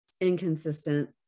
inconsistent